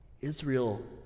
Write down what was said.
Israel